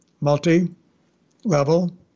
multi-level